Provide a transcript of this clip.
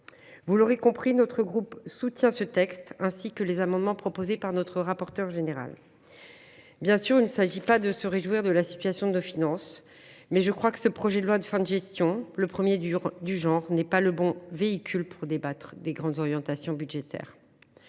Vous l’aurez compris, le groupe des indépendants soutient ce texte ainsi que les amendements proposés par le rapporteur général. Bien sûr, il ne s’agit pas de se réjouir de la situation de nos finances, mais ce projet de loi de fin de gestion, le premier du genre, n’est pas le bon véhicule législatif pour fixer nos grandes orientations budgétaires.